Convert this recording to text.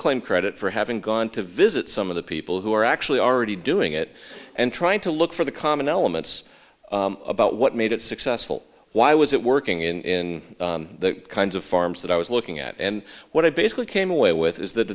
claim credit for having gone to visit some of the people who are actually already doing it and trying to look for the common elements about what made it successful why was it working in the kinds of farms that i was looking at and what i basically came away with